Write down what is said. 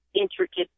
intricate